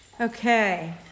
Okay